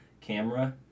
camera